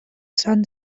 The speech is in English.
son